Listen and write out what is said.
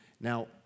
Now